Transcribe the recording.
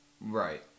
Right